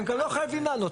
הם גם לא חייבים לענות.